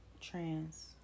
trans